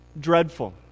dreadful